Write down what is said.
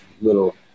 little